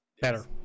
Better